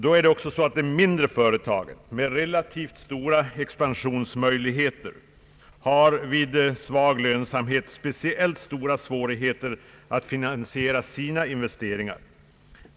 Då är det även så att det mindre företaget med relativt goda expansionsmöjligheter har vid svag lönsamhet speciellt stora svårigheter att finansiera sina investeringar.